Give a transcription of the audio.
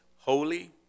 holy